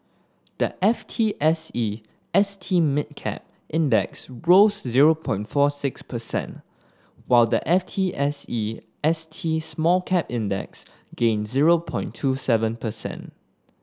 the F T S E S T Mid Cap Index rose zero point fore six percent while the F T S E S T Small Cap Index gained zero point two seven percent